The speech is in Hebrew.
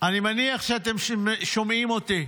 אני מניח שאתם שומעים אותי.